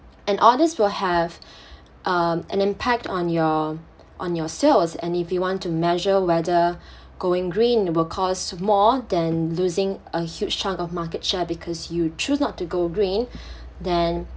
and all this will have um an impact on your on your sales and if you want to measure whether going green will cost more than losing a huge chunk of market share because you choose not to go green then